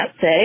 say